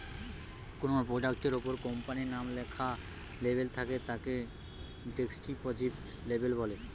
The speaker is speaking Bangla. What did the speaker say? কোনো প্রোডাক্ট এর উপর কোম্পানির নাম লেখা লেবেল থাকে তাকে ডেস্ক্রিপটিভ লেবেল বলে